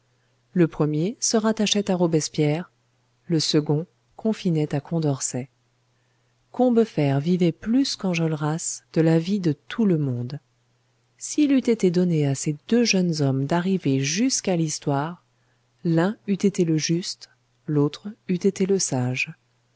le premier se rattachait à robespierre le second confinait à condorcet combeferre vivait plus qu'enjolras de la vie de tout le monde s'il eût été donné à ces deux jeunes hommes d'arriver jusqu'à l'histoire l'un eût été le juste l'autre eût été le sage